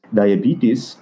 diabetes